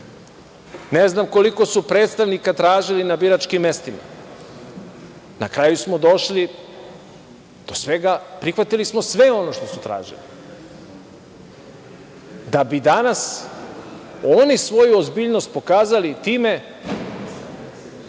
ne znam koliko su predstavnika tražili na biračkim mestima. Na kraju smo došli do svega, prihvatili smo sve ono što su tražili, da bi danas oni svoju ozbiljnost pokazali time